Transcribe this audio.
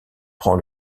prend